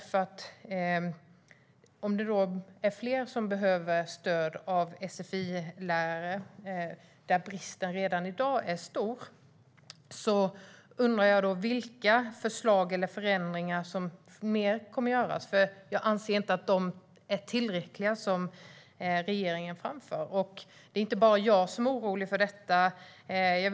När det nu är fler som behöver stöd av sfi-lärare, på vilka bristen redan i dag är stor, undrar jag vilka ytterligare förslag eller förändringar som kommer. Jag anser inte att det som regeringen framför är tillräckligt. Det är inte bara jag som är orolig för detta.